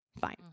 Fine